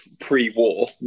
Pre-war